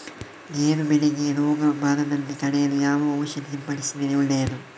ಗೇರು ಬೆಳೆಗೆ ರೋಗ ಬರದಂತೆ ತಡೆಯಲು ಯಾವ ಔಷಧಿ ಸಿಂಪಡಿಸಿದರೆ ಒಳ್ಳೆಯದು?